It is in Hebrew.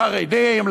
לחרדים,